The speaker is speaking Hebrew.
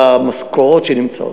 במשכורות הקיימות.